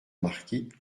marquis